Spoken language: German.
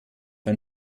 ein